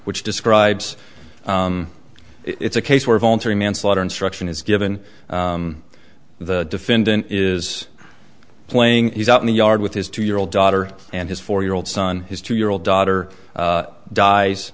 which describes it's a case where voluntary manslaughter instruction is given the defendant is playing he's out in the yard with his two year old daughter and his four year old son his two year old daughter dies